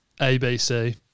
ABC